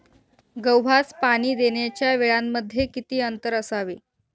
गव्हास पाणी देण्याच्या वेळांमध्ये किती अंतर असावे?